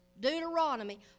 Deuteronomy